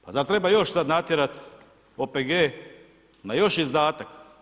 Pa zar treba još sada natjerati OPG na još izdatak.